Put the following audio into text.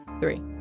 three